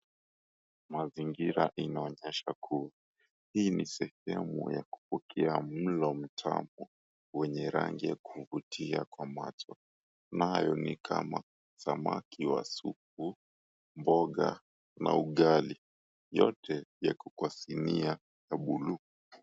Mazingira inaonyesha ku hii ni sehemu ya kupokea mlo mtamu wenye rangi ya kuvutia kwa macho. Nayo ni kama samaki wa supu, mboga na ugali. Yote ya kukwa sinia ya buluu.